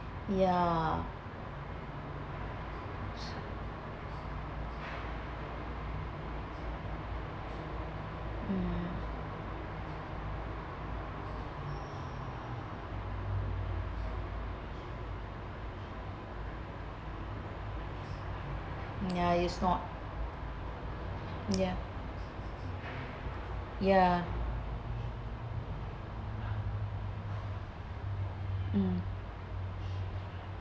ya ya it's not ya ya mm